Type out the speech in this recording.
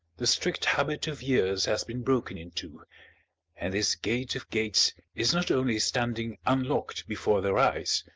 the strict habit of years has been broken into and this gate of gates is not only standing unlocked before their eyes,